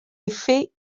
effets